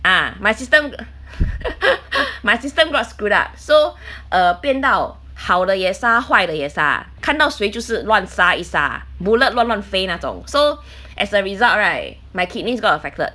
ah my system my system got screwed up so err 变到好的也杀坏的也杀看到谁就是乱杀一杀 bullet 乱乱飞那种 so as a result right my kidneys got affected